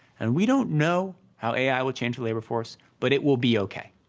and we don't know how a i. will change the labor force, but it will be okay.